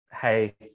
Hey